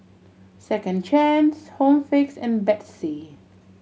Second Chance Home Fix and Betsy